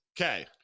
Okay